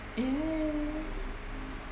!yay!